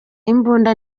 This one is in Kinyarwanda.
imbunda